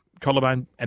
collarbone